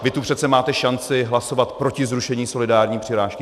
Vy tu přece máte šanci hlasovat proti zrušení solidární přirážky.